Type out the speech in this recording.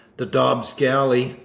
the dobbs galley,